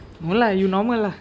no lah you normal lah